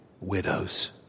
widows